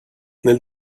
nel